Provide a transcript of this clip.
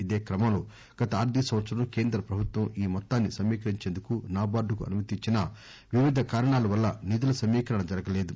ఇదే క్రమంలో గత ఆర్దిక సంవత్సరం కేంద్ర ప్రభుత్సం ఈ మొత్తాన్ని సమీకరించేందుకు నాబార్డ్ కు అనుమతి ఇచ్చినా వివిధ కారణాల వల్ల నిధుల సమీకరణ జరగలేదు